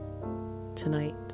tonight